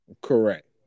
Correct